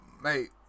Mate